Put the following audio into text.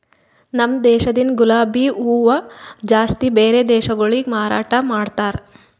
ನಮ ದೇಶದಿಂದ್ ಗುಲಾಬಿ ಹೂವ ಜಾಸ್ತಿ ಬ್ಯಾರೆ ದೇಶಗೊಳಿಗೆ ಮಾರಾಟ ಮಾಡ್ತಾರ್